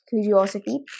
curiosity